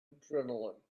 adrenaline